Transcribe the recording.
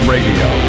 Radio